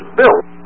built